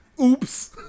Oops